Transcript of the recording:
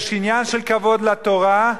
יש עניין של כבוד לתורה,